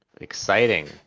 Exciting